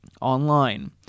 online